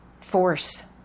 force